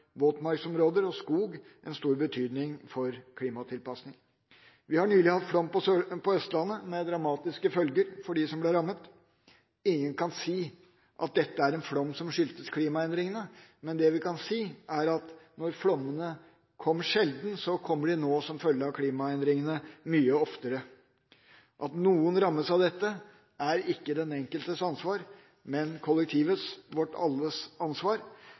våtmarksområder og skog en stor betydning for klimatilpasning. Vi har nylig hatt flom på Østlandet, med dramatiske følger for dem som ble rammet. Ingen kan si at dette er en flom som skyldtes klimaendringene, men det vi kan si, er at flommene som kom sjelden, kommer nå mye oftere som følge av klimaendringene. At noen rammes av dette, er ikke den enkeltes ansvar, men kollektivets – alles – ansvar,